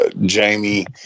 jamie